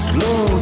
Slow